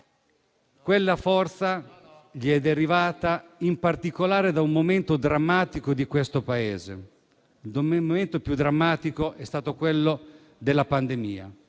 Quella forza gli è derivata in particolare da un momento drammatico per questo Paese. Il momento più drammatico è stato quello della pandemia;